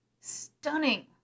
stunning